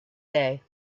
day